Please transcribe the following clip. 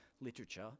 literature